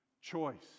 Choice